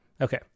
Okay